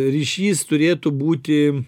ryšys turėtų būti